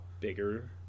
bigger